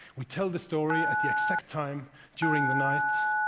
we tell the story at the exact time during the night.